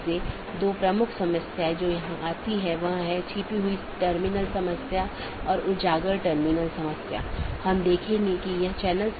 यह केवल उन्हीं नेटवर्कों के विज्ञापन द्वारा पूरा किया जाता है जो उस AS में या तो टर्मिनेट होते हैं या उत्पन्न होता हो यह उस विशेष के भीतर ही सीमित है